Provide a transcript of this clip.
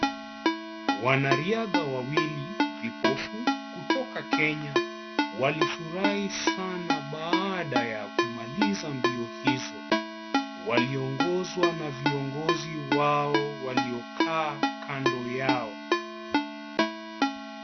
Wanariadha wawili vipofu kutoka Kenya. Walifurahi sana baada ya kumaliza mbio hizo. Waliongozwa na viongozi wao waliokaa kando yao.